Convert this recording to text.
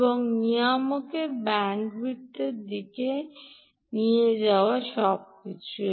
এবং নিয়ামকের ব্যান্ডউইথের দিকে নিয়ে যাওয়া সবকিছু